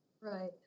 Right